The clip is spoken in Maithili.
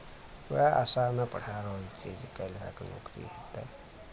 वएह आसामे पढाए रहल छियै जे काल्हि भऽ कऽ नोकरी हेतै